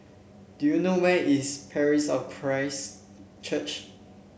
do you know where is Parish of Christ Church